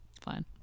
Fine